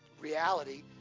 reality